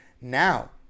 Now